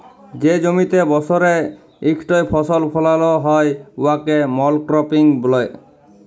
যে জমিতে বসরে ইকটই ফসল ফলাল হ্যয় উয়াকে মলক্রপিং ব্যলে